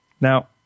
Now